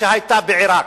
שהיתה בעירק?